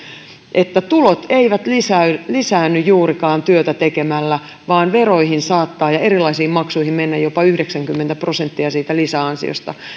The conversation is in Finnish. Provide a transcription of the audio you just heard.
että tulot eivät lisäänny lisäänny juurikaan työtä tekemällä vaan veroihin ja erilaisiin maksuihin saattaa mennä jopa yhdeksänkymmentä prosenttia siitä lisäansiosta